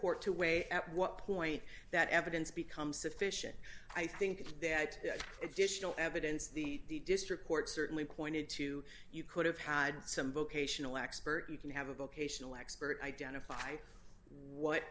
court to weigh at what point that evidence becomes sufficient i think that additional evidence the district court certainly pointed to you could have had some vocational expert you can have a vocational expert identify what